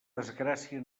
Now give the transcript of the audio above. desgràcia